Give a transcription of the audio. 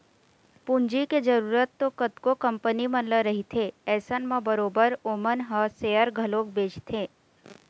पूंजी के जरुरत तो कतको कंपनी मन ल रहिथे अइसन म बरोबर ओमन ह सेयर घलोक बेंचथे